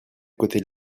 côté